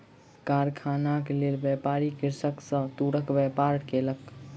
कारखानाक लेल, व्यापारी कृषक सॅ तूरक व्यापार केलक